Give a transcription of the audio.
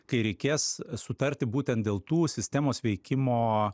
kai reikės sutarti būtent dėl tų sistemos veikimo